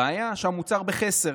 הבעיה היא שהמוצר בחסר,